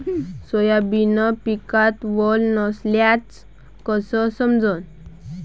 Soybean पिकात वल नसल्याचं कस समजन?